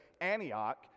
Antioch